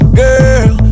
girl